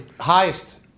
Highest